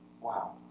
Wow